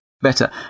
better